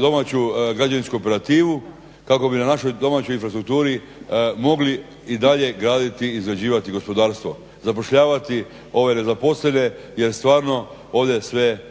domaću građevinsku operativu kako bi na našoj domaćoj infrastrukturi mogli i dalje graditi i izgrađivati gospodarstvo, zapošljavati ove nezaposlene jer stvarno ode sve